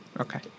Okay